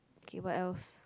okay what else